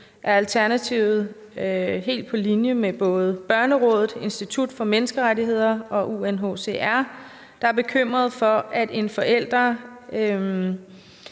er Alternativet helt på linje med Børnerådet, Institut for Menneskerettigheder og UNHCR, der er bekymrede for, at en forælder